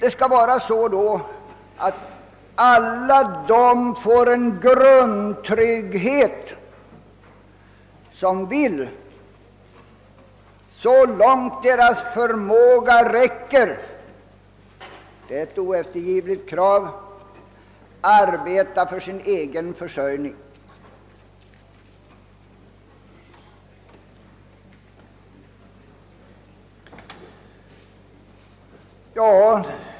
Ett oeftergivligt krav är att alla får en grundtrygghet och får möjlighet att arbeta för sin egen försörjning så långt deras förmåga räcker.